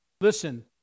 Listen